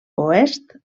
oest